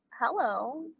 Hello